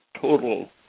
total